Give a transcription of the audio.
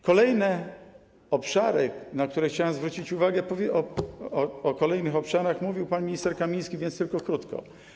Kolejne obszary, na które chciałem zwrócić uwagę - o tych kolejnych obszarach mówił pan minister Kamiński, więc tylko krótko.